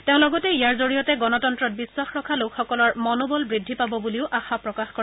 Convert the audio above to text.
তেওঁ লগতে ইয়াৰ জৰিয়তে গণতন্ত্ৰত বিশ্বাস ৰখা লোকসকলৰ মনোবল বৃদ্ধি পাব বুলিও আশা প্ৰকাশ কৰে